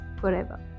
forever